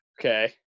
okay